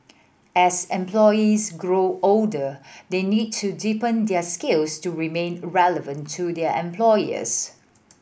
as employees grow older they need to deepen their skills to remain relevant to their employers